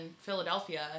Philadelphia